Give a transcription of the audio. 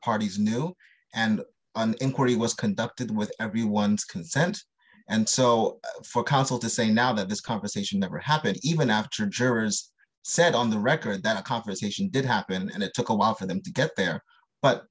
parties know and an inquiry was conducted with everyone's consent and so for counsel to say now that this conversation never happened even after jurors said on the record that conversation did happen and it took a while for them to get there but